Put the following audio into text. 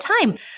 time